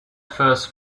first